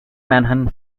manhunt